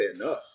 enough